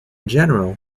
general